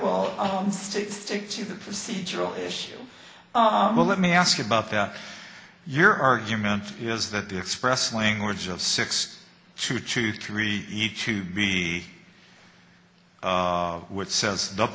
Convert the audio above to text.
will own state stick to the procedural issue oh well let me ask you about that your argument is that the express language of six two to three to be which says the